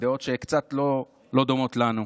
בדעות שקצת לא דומות לנו?